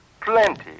Plenty